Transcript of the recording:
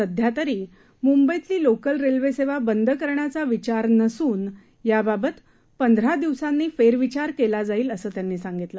सध्या तरी मुंबईतली लोकल रेल्वे सेवा बंद करण्याचा विचार नसून याबाबत पंधरा दिवसांनी फेरविचार केला जाईल असं त्यांनी सांगितलं